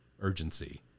urgency